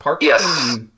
Yes